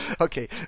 Okay